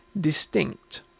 distinct